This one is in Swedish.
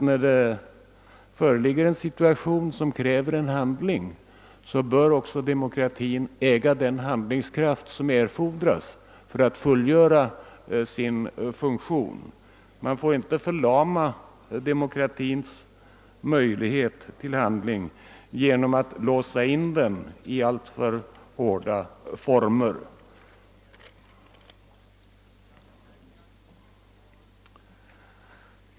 När det föreligger en situation som kräver handling bör väl ändå demokratin äga den handlingskraft som erfordras. Man får inte förlama demo kratin genom att låsa dess möjligheter till handling i alltför snäva former.